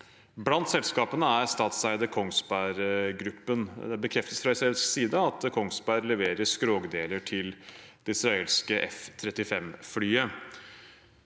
Blant selskapene er statseide Kongsberg Gruppen. Det bekreftes fra israelsk side at Kongsberg leverer skrogdeler til det israelske F-35-flyet.